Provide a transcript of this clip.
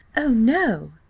oh, no,